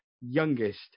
youngest